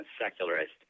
secularist